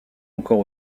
encore